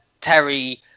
Terry